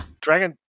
Dragon